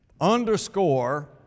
underscore